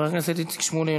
חבר הכנסת איציק שמולי,